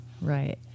Right